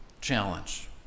Challenge